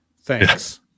Thanks